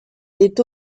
est